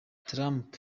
trump